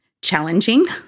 challenging